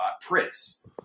Pris